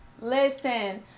listen